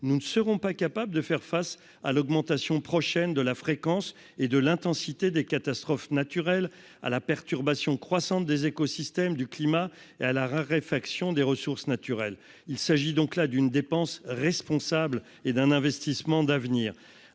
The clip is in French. nous ne serons pas capables de faire face à l'augmentation prochaine de la fréquence et de l'intensité des catastrophes naturelles, ah la perturbation croissante des écosystèmes du climat et à la raréfaction des ressources naturelles, il s'agit donc là d'une dépense responsable et d'un investissement d'avenir